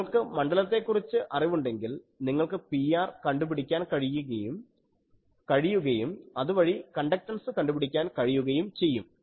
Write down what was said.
നിങ്ങൾക്ക് മണ്ഡലത്തെക്കുറിച്ച് അറിവുണ്ടെങ്കിൽ നിങ്ങൾക്ക് Pr കണ്ടുപിടിക്കാൻ കഴിയുകയും അതുവഴി കണ്ടക്ടൻസ് കണ്ടുപിടിക്കാൻ കഴിയുകയും ചെയ്യും